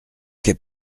est